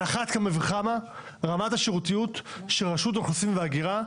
על אחת כמה וכמה רמת השירותיות של רשות האוכלוסין וההגירה,